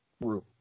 room